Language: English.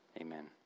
amen